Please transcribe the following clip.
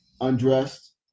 undressed